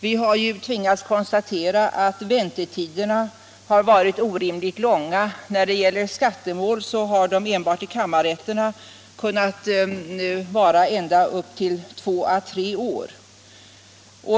Vi har ju tvingats konstatera att väntetiderna varit orimligt långa. När det gäller skattemål har de enbart i kammarrätterna kunnat bli så långa som två till tre år.